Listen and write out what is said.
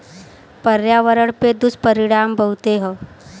पर्यावरण पे दुष्परिणाम बहुते हौ